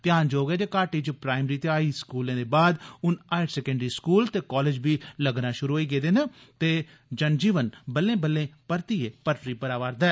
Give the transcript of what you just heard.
ध्यानजोग ऐ जे घाटी च प्राईमरी ते हाई स्कूलें दे बाद हून हायर सकैंडरी स्कूल ते कॉलेज बी लग्गना षुरू होई गेदे न ते जनजीवन बल्ले बल्ले परतिएं पटरी पर अवा'रदा ऐ